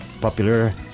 popular